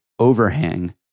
overhang